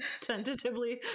tentatively